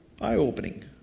eye-opening